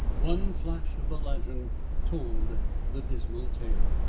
one flash of the lantern told the dismal tale.